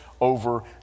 over